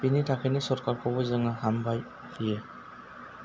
बेनि थाखायनो सरखारखौबो जोङो हामबाय बियो